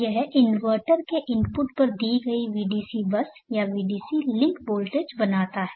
यह इन्वर्टर के इनपुट पर दी गई Vdc बस या Vdc लिंक वोल्टेज बनाता है